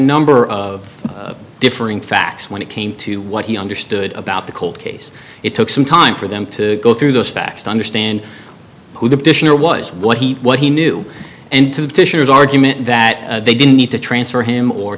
number of differing facts when it came to what he understood about the cold case it took some time for them to go through those facts to understand who the petitioner was what he what he knew and fishers argument that they didn't need to transfer him or